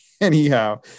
Anyhow